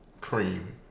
cream